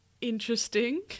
interesting